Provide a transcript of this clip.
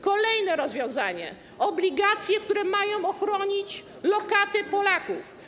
Kolejne rozwiązanie - obligacje, które mają ochronić lokaty Polaków.